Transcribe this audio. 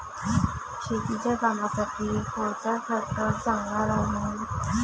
शेतीच्या कामासाठी कोनचा ट्रॅक्टर चांगला राहीन?